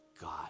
God